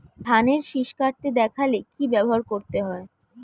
ধানের শিষ কাটতে দেখালে কি ব্যবহার করতে হয়?